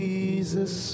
Jesus